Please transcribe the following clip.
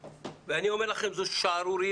ואני אומר לכם, זו שערורייה.